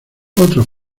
otros